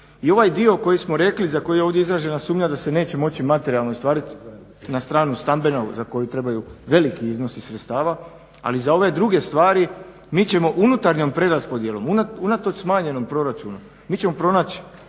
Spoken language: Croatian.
i ovaj dio koji smo rekli, za koji je ovdje izražena sumnja da se neće moći i materijalno ostvarit na stranu stambenog za kojeg trebaju veliki iznosi sredstava. Ali za ove druge stvari mi ćemo unutarnjom preraspodjelom unatoč smanjenom proračunu mi ćemo pronać